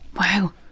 Wow